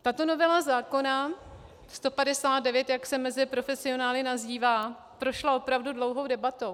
Tato novela zákona 159, jak se mezi profesionály nazývá, prošla opravdu dlouhou debatou.